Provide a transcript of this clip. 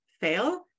fail